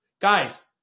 Guys